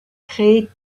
créé